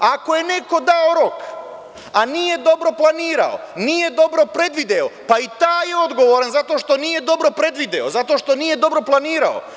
Ako je neko dao rok, a nije dobro planirao, nije dobro predvideo, pa i taj je odgovoran zato što nije dobro predvideo, zato što nije dobro planirao.